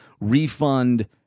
refund